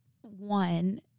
one